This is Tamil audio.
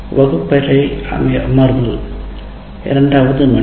வகுப்பறை அமர்வு இரண்டாவது மணி